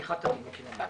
שפיכת התינוק עם המים.